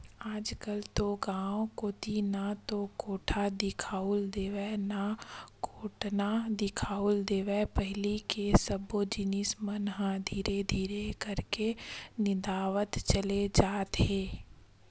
आजकल तो गांव कोती ना तो कोठा दिखउल देवय ना कोटना दिखउल देवय पहिली के सब जिनिस मन ह धीरे धीरे करके नंदावत चले जात हे